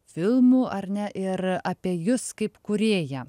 filmų ar ne ir apie jus kaip kūrėją